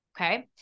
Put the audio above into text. Okay